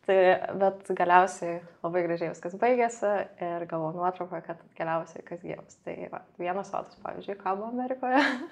tai bet galiausiai labai gražiai viskas baigėsi ir gavau nuotrauką kad atkeliavo sveikas gyvas tai va vienas sodas pavyzdžiui kabo amerikoje